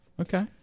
okay